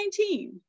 2019